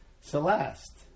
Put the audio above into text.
Celeste